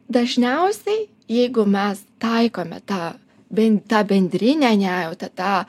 dažniausiai jeigu mes taikome tą bent tą bendrinę nejautą tą